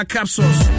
Capsules